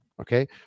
Okay